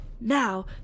Now